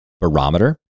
barometer